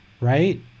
right